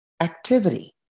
activity